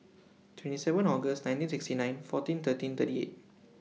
twenty seven August nineteen sixty nine fourteen thirteen thirty eight